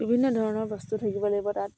বিভিন্ন ধৰণৰ বস্তু থাকিব লাগিব তাত